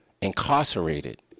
incarcerated